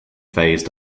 phase